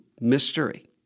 mystery